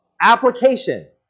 Application